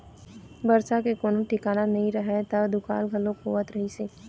बरसा के कोनो ठिकाना नइ रहय त दुकाल घलोक होवत रहिस हे